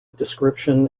description